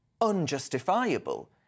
unjustifiable